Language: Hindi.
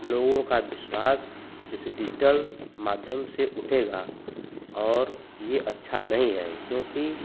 लोगों का बिश्वास इस डिजिटल माध्यम से उठेगा और ये अच्छा नहीं है क्योंकि